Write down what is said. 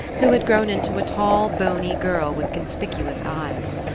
who had grown into a tall bony girl with conspicuous eyes.